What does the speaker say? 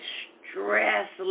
stress